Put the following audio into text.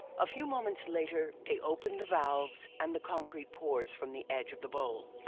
a few moments later, they open the valves and the concrete pours from the edge of the bowl.